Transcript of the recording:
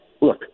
look